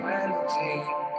energy